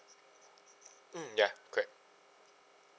mm ya correct